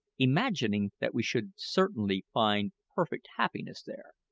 imagining that we should certainly find perfect happiness there!